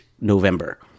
November